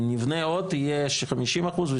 אם נבנה עוד יהיו ששים אחוז,